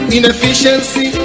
inefficiency